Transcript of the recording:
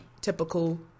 typical